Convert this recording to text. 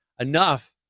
enough